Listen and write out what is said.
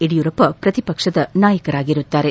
ಯಡಿಯೂರಪ್ಪ ಪ್ರತಿಪಕ್ಷದ ನಾಯಕರಾಗಿರುತ್ತಾರೆ